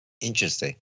Interesting